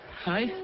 Hi